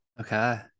Okay